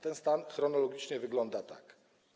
Ten stan chronologicznie wyglądał tak.